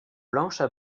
blanches